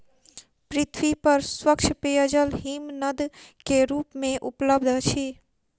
पृथ्वी पर स्वच्छ पेयजल हिमनद के रूप में उपलब्ध अछि